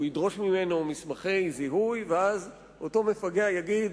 הוא ידרוש ממנו מסמכי זיהוי, ואז אותו מפגע יגיד: